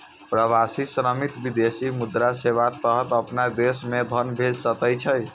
प्रवासी श्रमिक विदेशी मुद्रा सेवाक तहत अपना देश मे धन भेज सकै छै